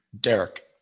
Derek